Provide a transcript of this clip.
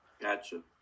Gotcha